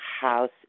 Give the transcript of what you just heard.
house